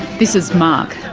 this is mark.